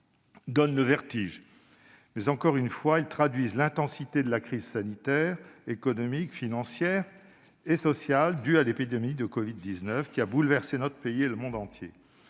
donnent le vertige ! Mais encore une fois, ils traduisent l'intensité de la crise sanitaire, économique, financière et sociale due à l'épidémie de covid-19, qui a bouleversé notre pays et le monde entier.